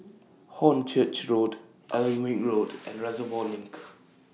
Hornchurch Road Alnwick Road and Reservoir LINK